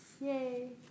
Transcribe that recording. Yay